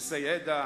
בסיס הידע,